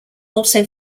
also